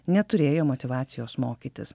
neturėjo motyvacijos mokytis